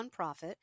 nonprofit